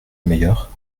meilleure